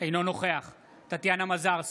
אינו נוכח טטיאנה מזרסקי,